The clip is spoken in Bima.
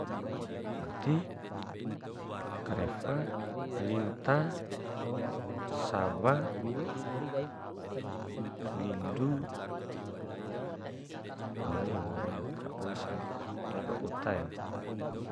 Udi, karefa, linta, sawa, lindu, au wali mori na aka oi sia lai ba uta ya.